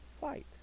fight